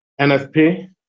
NFP